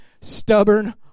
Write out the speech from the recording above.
stubborn